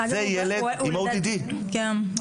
זה ילד עם ODD. כן,